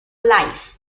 life